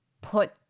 put